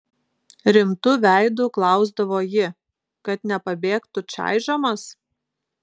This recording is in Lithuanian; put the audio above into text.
rimtu veidu klausdavo ji kad nepabėgtų čaižomas